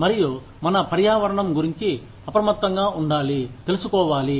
మరియు మన పర్యావరణం గురించి అప్రమత్తంగా ఉండాలి తెలుసుకోవాలి